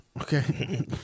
Okay